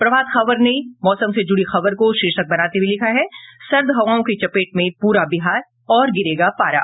प्रभात खबर ने मौसम से जुड़ी खबर को शीर्षक बनाते हुये लिखा है सर्द हवाओं की चपेट में पूरा बिहार और गिरेगा पारा